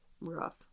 Rough